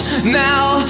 Now